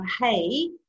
hey